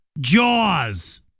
Jaws